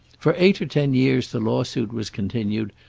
for eight or ten years the lawsuit was continued,